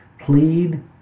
plead